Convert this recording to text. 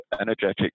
energetic